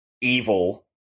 evil